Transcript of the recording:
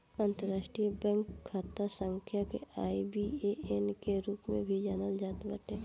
अंतरराष्ट्रीय बैंक खाता संख्या के आई.बी.ए.एन के रूप में भी जानल जात बाटे